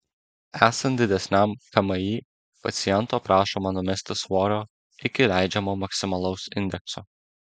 esant didesniam kmi paciento prašoma numesti svorio iki leidžiamo maksimalaus indekso